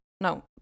no